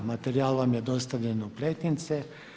Materijal vam je dostavljen u pretince.